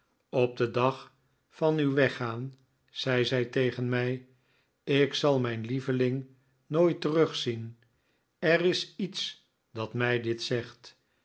op den dag van uw weggaan zei zij tegen mij ik zal mijn lieveling nooit terugzien er is iets dat mij dit zegt